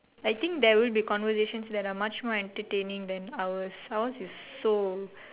I think there will be conversations that are much more entertaining than ours ours is so